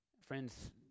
Friends